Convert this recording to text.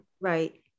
Right